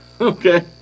Okay